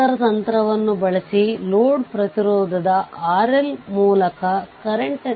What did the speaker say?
i2 ಕೆಳಕ್ಕೆ ಹೋಗುತ್ತದೆ ಆದ್ದರಿಂದ i2 2 ಆಂಪಿಯರ್